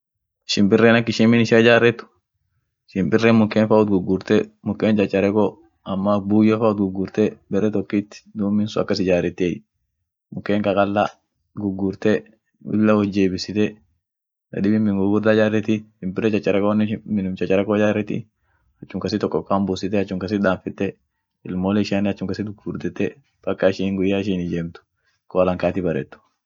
Shimpiren ak ishin min ishia ijaret, shimpiren muken fa wot gugurte, muken chachareko, ama ak buyo fa wot gugurte bare tokit duum min sun akas ijaretiey, muken qaqalla gugurte lilla wojebbise, tadibin min gugurda ijareti, shimpire charekonnen minum chachareko ijareti, achum kasit okokan busite, achum kasit damfete, ilmole ishianen achumkasit gugurdete paka ishin guyya ishin ijemt qolan kaati baret.